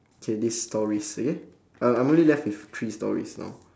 K this stories okay I'm I'm only left with three stories now